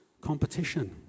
competition